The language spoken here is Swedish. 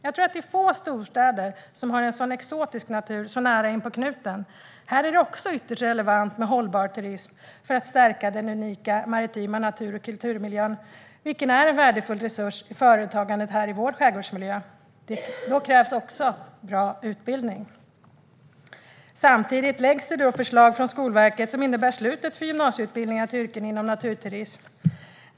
Jag tror att det är få storstäder som har en sådan exotisk natur så nära inpå knuten. Här är det också ytterst relevant med hållbar turism för att stärka den unika maritima natur och kulturmiljön, vilken är en värdefull resurs för företagandet här i vår skärgårdsmiljö. Då krävs det också bra utbildning. Samtidigt läggs det fram förslag från Skolverket som innebär slutet för gymnasieutbildningar till yrken inom naturturism.